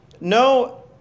no